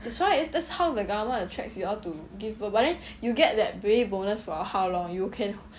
that's why that's how the government attracts you all to give birth but then you get that baby bonus for how long you can